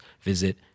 visit